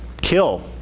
kill